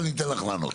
אני אתן לך לענות.